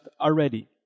already